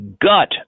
gut